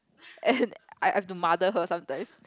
and I'm the her mother sometimes